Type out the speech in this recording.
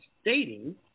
stating